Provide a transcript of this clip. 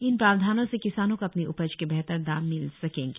इन प्रावधानों से किसानों को अपनी उपज के बेहतर दाम मिल सकेंगे